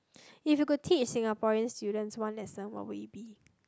if you could teach Singaporean students one lesson what will it be